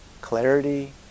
clarity